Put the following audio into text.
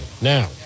Now